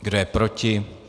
Kdo je proti?